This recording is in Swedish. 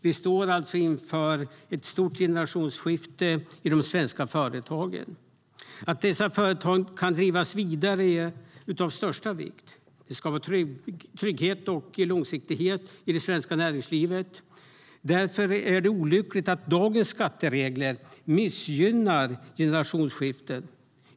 Vi står alltså inför ett stort generationsskifte i de svenska företagen. Att dessa företag kan drivas vidare är av största vikt. De skapar en trygghet och långsiktighet i det svenska näringslivet. Därför är det olyckligt att dagens skatteregler missgynnar generationsskiften.